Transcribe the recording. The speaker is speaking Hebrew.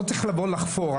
לא צריך לבוא לחפור,